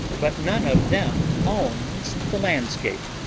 but none of them owns the landscape.